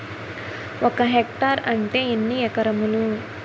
ఒక హెక్టార్ అంటే ఎన్ని ఏకరములు?